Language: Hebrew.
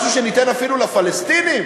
משהו שניתן אפילו לפלסטינים,